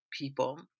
people